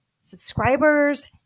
subscribers